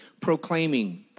proclaiming